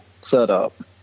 setup